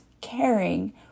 caring